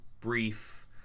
brief